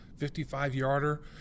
55-yarder